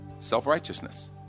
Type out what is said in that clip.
Self-righteousness